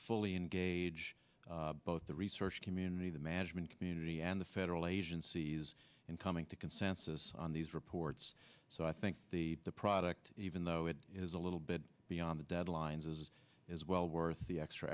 fully engage both the research community the management community and the federal agencies in coming to consensus on these reports so i think the product even though it is a little bit beyond the deadlines as it is well worth the extra